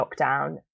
lockdown